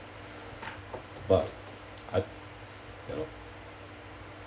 but I ya lor